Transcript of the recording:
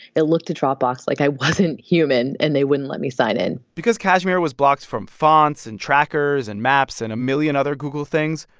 it looked to dropbox like i wasn't human, and they wouldn't let me sign in because kashmir was blocked from fonts and trackers and maps and a million other google things,